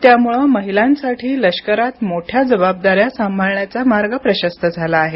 त्यामुळे महिलांसाठी लष्करात मोठ्या जबाबदाऱ्या सांभाळण्याचा मार्ग प्रशस्त झाला आहे